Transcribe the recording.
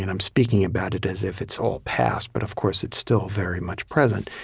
and i'm speaking about it as if it's all past, but of course, it's still very much present.